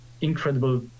incredible